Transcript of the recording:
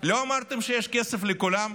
לא אמרתם שיש כסף לכולם?